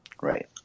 Right